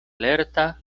lerta